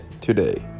today